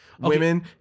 women